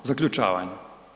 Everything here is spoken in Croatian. Zaključavanje.